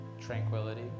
tranquility